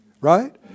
Right